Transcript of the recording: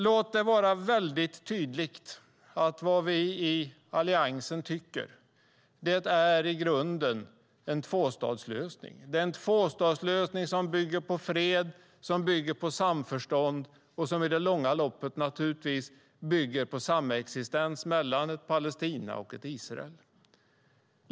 Låt det vara väldigt tydligt att vad vi i Alliansen i grunden vill ha är en tvåstatslösning - en tvåstatslösning som bygger på fred och samförstånd och som i det långa loppet bygger på samexistens mellan ett Palestina och ett Israel.